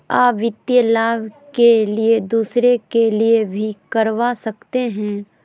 आ वित्तीय लाभ के लिए दूसरे के लिए भी करवा सकते हैं?